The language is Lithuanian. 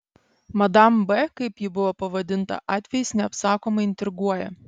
madam b kaip ji buvo pavadinta atvejis neapsakomai intriguoja